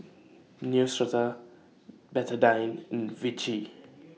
Neostrata Betadine Vichy